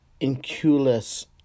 Inculus